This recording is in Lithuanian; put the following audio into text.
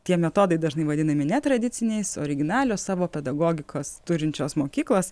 tie metodai dažnai vadinami netradiciniais originalios savo pedagogikos turinčios mokyklos